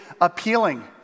appealing